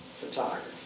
photography